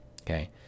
okay